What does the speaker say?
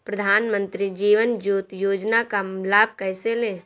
प्रधानमंत्री जीवन ज्योति योजना का लाभ कैसे लें?